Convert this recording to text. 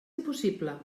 impossible